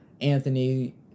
Anthony